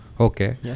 okay